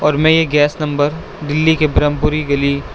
اور میں یہ گیس نمبر دلی کے برہم پوری گلی